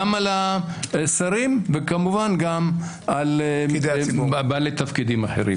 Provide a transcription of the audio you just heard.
גם על השרים וכמובן גם על בעלי תפקידים אחרים.